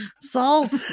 salt